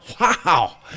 Wow